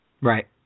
Right